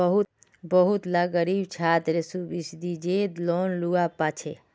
बहुत ला ग़रीब छात्रे सुब्सिदिज़ेद लोन लुआ पाछे